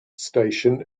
station